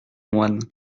moine